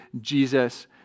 Jesus